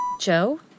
Joe